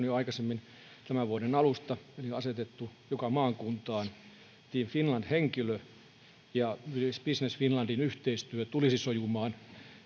jo aikaisemmin tämän vuoden alusta on asetettu joka maakuntaan team finland henkilö ja toivon että myös yhteistyö business finlandin kanssa tulisi sujumaan